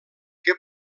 que